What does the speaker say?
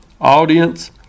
audience